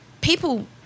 people